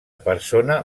persona